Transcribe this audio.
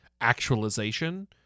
actualization